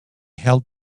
held